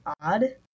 odd